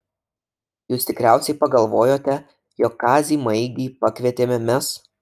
jūs tikriausiai pagalvojote jog kazį maigį pakvietėme mes